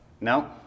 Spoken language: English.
No